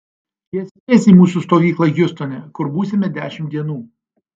jie spės į mūsų stovyklą hjustone kur būsime dešimt dienų